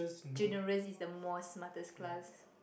generous is the more smartest class